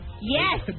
Yes